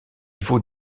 vaut